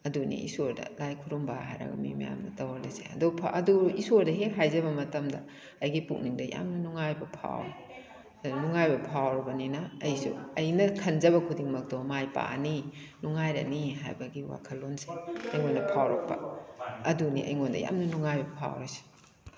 ꯑꯗꯨꯅꯤ ꯏꯁꯣꯔꯗ ꯂꯥꯏ ꯈꯨꯔꯨꯝꯕ ꯍꯥꯏꯔꯒ ꯃꯤ ꯃꯌꯥꯝꯅ ꯇꯧꯅꯔꯤꯁꯦ ꯑꯗꯨ ꯑꯗꯨ ꯏꯁꯣꯔꯗ ꯍꯦꯛ ꯍꯥꯏꯖꯕ ꯃꯇꯝꯗ ꯑꯩꯒꯤ ꯄꯨꯛꯅꯤꯡꯗ ꯌꯥꯝꯅ ꯅꯨꯡꯉꯥꯏꯕ ꯐꯥꯎꯋꯤ ꯑꯗꯨꯅ ꯅꯨꯡꯉꯥꯏꯕ ꯐꯥꯎꯔꯕꯅꯤꯅ ꯑꯩꯁꯨ ꯑꯩꯅ ꯈꯟꯖꯕ ꯈꯨꯗꯤꯡꯃꯛꯇꯣ ꯃꯥꯏ ꯄꯥꯛꯑꯅꯤ ꯅꯨꯡꯉꯥꯏꯔꯅꯤ ꯍꯥꯏꯕꯒꯤ ꯋꯥꯈꯜꯂꯣꯟꯁꯦ ꯑꯩꯉꯣꯟꯗ ꯐꯥꯎꯔꯛꯄ ꯑꯗꯨꯅꯤ ꯑꯩꯉꯣꯟꯗ ꯌꯥꯝꯅ ꯅꯨꯡꯉꯥꯏꯕ ꯐꯥꯎꯔꯤꯁꯦ